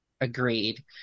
Agreed